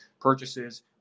purchases